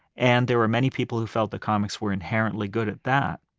and there were many people who felt that comics were inherently good at that.